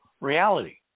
reality